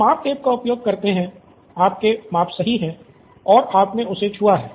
आप माप टेप का उपयोग करते हैं आपके माप सही हैं और आपने उसे छुआ है